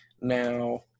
Now